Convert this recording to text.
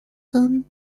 son